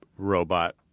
Robot